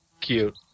Cute